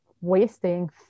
wasting